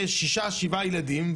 עם שישה-שבעה ילדים,